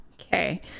okay